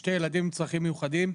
לשני ילדים עם צרכים מיוחדים.